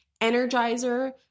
energizer